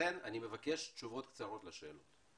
לכן אני מבקש תשובות קצרות לשאלות.